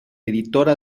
editora